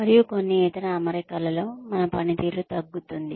మరియు కొన్ని ఇతర అమరికలలో మన పనితీరు తగ్గుతుంది